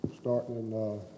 starting